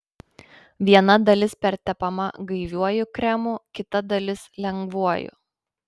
viena dalis pertepama gaiviuoju kremu kita dalis lengvuoju